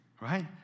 right